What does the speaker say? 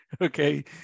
okay